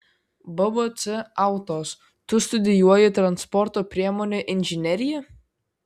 bbc autos tu studijuoji transporto priemonių inžineriją